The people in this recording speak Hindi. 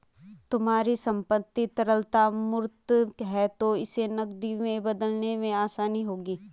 तुम्हारी संपत्ति तरलता मूर्त है तो इसे नकदी में बदलने में आसानी होगी